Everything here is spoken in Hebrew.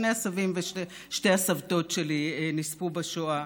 שני הסבים ושתי הסבתות שלי נספו בשואה.